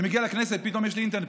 אני מגיע לכנסת ופתאום יש לי אינטרנט,